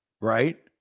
Right